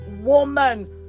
woman